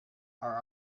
are